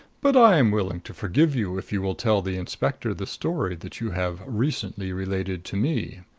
but i am willing to forgive you if you will tell the inspector the story that you have recently related to me.